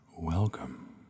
Welcome